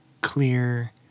clear